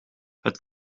het